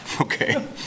Okay